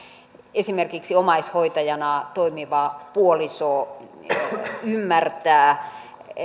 esimerkiksi omaishoitajana toimiva puoliso ymmärtää